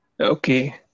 Okay